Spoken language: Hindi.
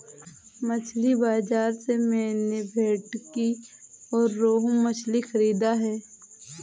मछली बाजार से मैंने भेंटकी और रोहू मछली खरीदा है